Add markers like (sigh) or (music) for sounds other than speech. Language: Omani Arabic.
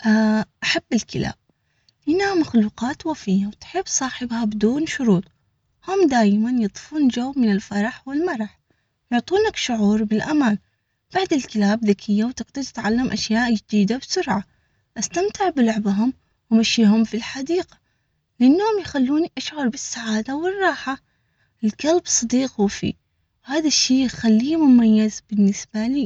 (hesitation) أحب الكلاب هنا مخلوقات وفيها تحب صاحبها بدون شروط. هم دايما يضفون جو من الفرح والمرح، يعطونك شعور بالأمان بعد الكلاب ذكية وتقدر تتعلم أشياء جديدة بسرعة. أستمتع بلعبهم ومشيهم في الحديقة للانهم يخلوني أشعر بالسعادةو الراحةل